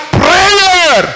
prayer